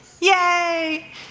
Yay